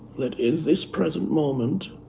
that in this present moment,